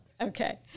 Okay